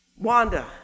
Wanda